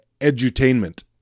edutainment